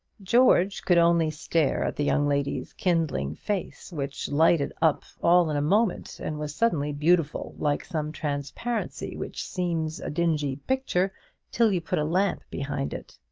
george could only stare at the young lady's kindling face, which lighted up all in a moment, and was suddenly beautiful, like some transparency which seems a dingy picture till you put a lamp behind it.